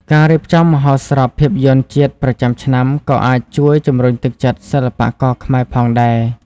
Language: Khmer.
ការរៀបចំមហោស្រពភាពយន្តជាតិប្រចាំឆ្នាំក៏អាចជួយជំរុញទឹកចិត្តសិល្បករខ្មែរផងដែរ។